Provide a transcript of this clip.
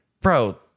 bro